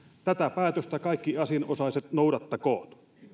tätä päätöstä kaikki asianosaiset noudattakoot